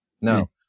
No